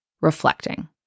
Reflecting